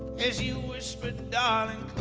as you whispered darling